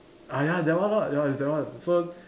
ah ya that one lah ya it's that one so